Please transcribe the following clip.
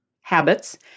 habits